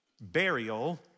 burial